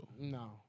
No